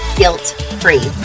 guilt-free